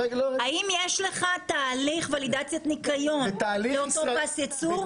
האם יש לך תהליך ולידציית ניקיון בתוך פס ייצור?